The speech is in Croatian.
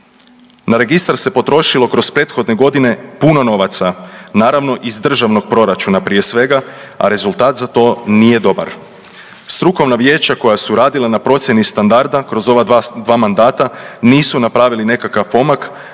Na registar se potrošilo kroz prethodne godine puno novaca, naravno iz državnog proračuna prije svega, a rezultat za to nije dobar. Strukovna vijeća koja su radila na procjeni standarda kroz ova dva mandata nisu napravili nekakav pomak,